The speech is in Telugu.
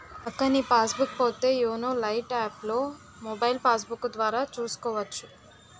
అక్కా నీ పాస్ బుక్కు పోతో యోనో లైట్ యాప్లో మొబైల్ పాస్బుక్కు ద్వారా చూసుకోవచ్చు